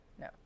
No